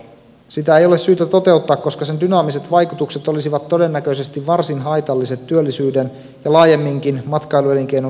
sitä ei ole syytä toteuttaa koska sen dynaamiset vaikutukset olisivat todennäköisesti varsin haitalliset työllisyyden ja laajemminkin matkailuelinkeinon kehittymisen kannalta